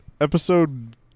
Episode